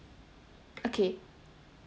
okay